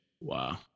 Wow